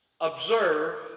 observe